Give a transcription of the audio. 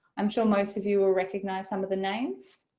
i'm sure most of you will recognize some of the names.